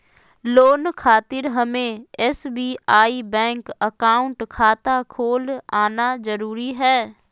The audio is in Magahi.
लोन खातिर हमें एसबीआई बैंक अकाउंट खाता खोल आना जरूरी है?